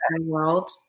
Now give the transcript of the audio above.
world